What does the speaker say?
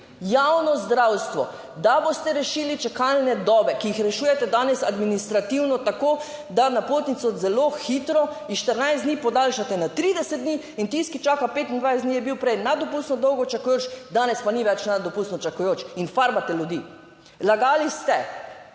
javno zdravstvo, da boste rešili čakalne dobe, ki jih rešujete danes administrativno, tako da napotnico zelo hitro iz 14 dni podaljšate na 30 dni in tisti, ki čaka 25 dni, je bil prej nedopustno dolgo čakaš, danes pa ni več nedopustno čakajoč in farbate ljudi. Lagali ste